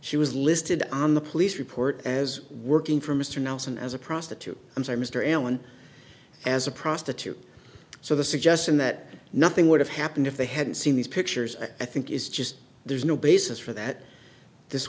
she was listed on the police report as working for mr nelson as a prostitute i'm sorry mr allen as a prostitute so the suggestion that nothing would have happened if they hadn't seen these pictures i think is just there's no basis for that this